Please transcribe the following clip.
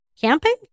camping